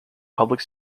public